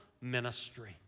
ministry